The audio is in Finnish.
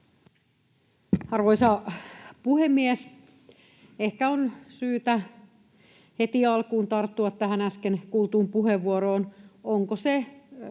Arvoisa puhemies! Ehkä on syytä heti alkuun tarttua tähän äsken kuultuun puheenvuoroon.